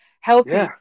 healthy